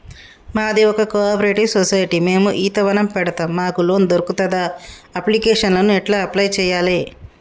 మాది ఒక cooperative society మేము ఈత వనం పెడతం మాకు లోన్ దొర్కుతదా? అప్లికేషన్లను ఎట్ల అప్లయ్ చేయాలే?